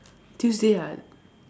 Tuesday ah